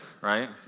right